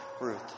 Ruth